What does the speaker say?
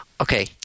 okay